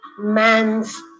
man's